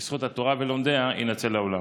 בזכות התורה ולומדיה, יינצל העולם.